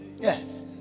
yes